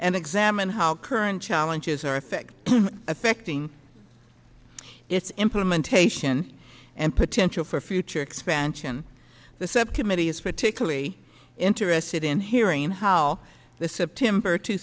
and examine how current challenges are effected affecting its implementation and potential for future expansion the subcommittee is particularly interested in hearing how this september two